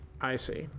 i see.